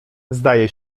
zdaje